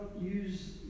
use